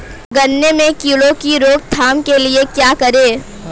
गन्ने में कीड़ों की रोक थाम के लिये क्या करें?